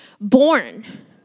born